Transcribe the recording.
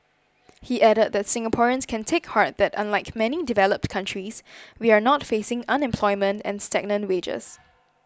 he added that Singaporeans can take heart that unlike many developed countries we are not facing unemployment and stagnant wages